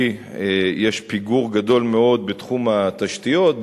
יש פיגור גדול מאוד בתחום התשתיות,